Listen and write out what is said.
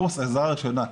קורס עזרה ראשונה,